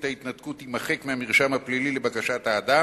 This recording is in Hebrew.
ההתנתקות יימחק מהמרשם הפלילי לבקשת האדם,